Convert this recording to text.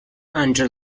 under